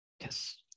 Yes